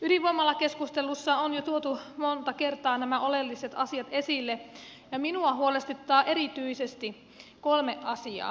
ydinvoimalakeskustelussa on jo tuotu monta kertaa nämä oleelliset asiat esille ja minua huolestuttaa erityisesti kolme asiaa